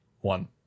one